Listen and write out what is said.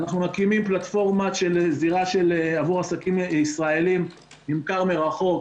אנחנו מקימים פלטפורמה של זירה עבור עסקים ישראלים לממכר מרחוק